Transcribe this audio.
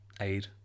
Aid